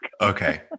Okay